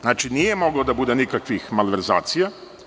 Znači, nije moglo da bude nikakvih malverzacija.